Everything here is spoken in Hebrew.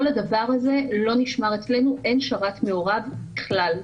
כל הדבר הזה לא נשמר אצלנו, אין שרת מעורב בכלל.